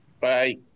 Bye